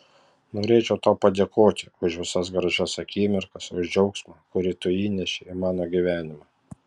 norėčiau tau padėkoti už visas gražias akimirkas už džiaugsmą kurį tu įnešei į mano gyvenimą